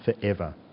forever